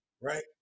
Right